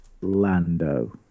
Lando